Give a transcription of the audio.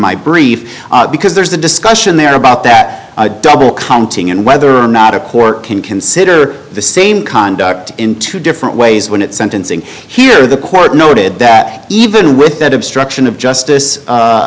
brief because there's a discussion there about that double counting and whether or not a court can consider the same conduct in two different ways when at sentencing here the court noted that even with that obstruction of justice a